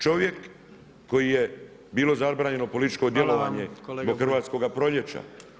Čovjek kojem je bilo zabranjeno političko djelovanje [[Upadica Jandroković: Hvala vam.]] zbog Hrvatskog proljeća.